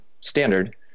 standard